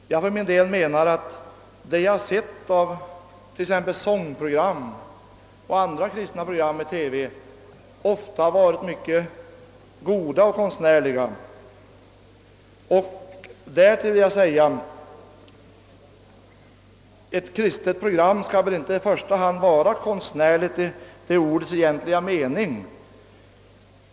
Det som jag har sett av t.ex. sångprogram och andra kristna program i TV har ofta varit av god och konstnärlig halt. För övrigt skall väl ett kristet program inte i första hand vara konstnärligt i ordets egentliga mening.